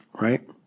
Right